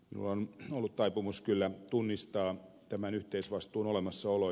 minulla on ollut taipumus kyllä tunnistaa tämän yhteisvastuun olemassaolo